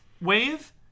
wave